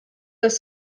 das